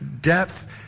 Depth